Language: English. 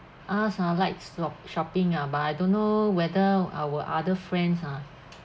us ah like shop shopping ah but I don't know whether our other friends ah